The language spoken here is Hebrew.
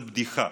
זה בדיחה.